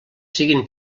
siguin